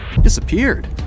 disappeared